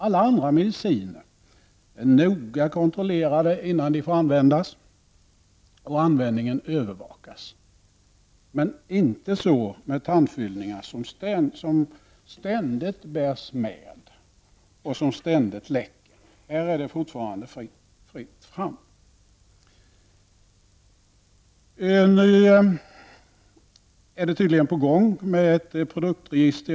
Alla andra mediciner kontrolleras noga innan de får användas, och användningen övervakas. Men så är det inte med tandfyllningar som ständigt finns i kroppen och som ständigt läcker. I fråga om tandfyllningar är det fortfarande fritt fram. Nu är tydligen ett produktregister på gång.